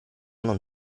non